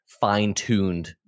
fine-tuned